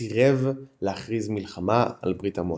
סירב להכריז מלחמה על ברית המועצות.